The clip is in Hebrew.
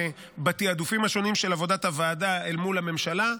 בתיעדופים השונים של עבודת הוועדה מול הממשלה,